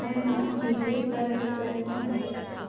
हमें माफ कीजिए पर अभी सर नहीं आ सकते हैं